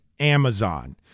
amazon